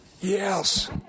Yes